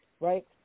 right